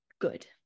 good